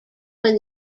when